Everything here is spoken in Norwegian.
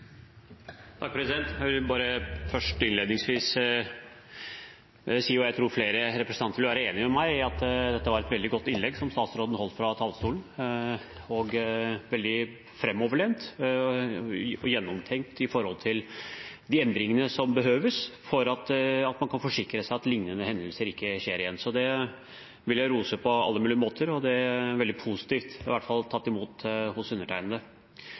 Jeg vil innledningsvis si – og jeg tror flere representanter vil være enig med meg – at det var et veldig godt innlegg statsråden holdt fra talerstolen. Det var veldig framoverlent og gjennomtenkt om de endringene som behøves for at man kan forsikre seg om at liknende hendelser ikke skjer igjen. Det vil jeg rose på alle mulige måter. Det er veldig positiv tatt imot ‒ i alle fall hos undertegnede.